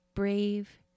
Brave